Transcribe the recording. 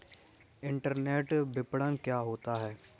Internet विपणन क्या होता है?